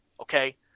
okay –